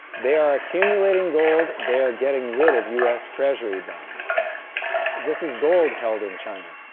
they are accumulating gold, they are getting rid of us treasury bonds this is gold held in china.